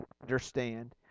understand